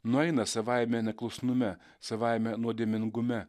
nueina savaime neklusnume savaime nuodėmingume